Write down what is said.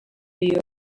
you